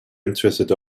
interested